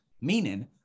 Meaning